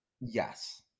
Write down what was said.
Yes